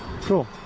cool